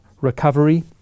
recovery